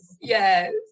Yes